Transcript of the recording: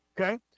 Okay